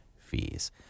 fees